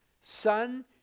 son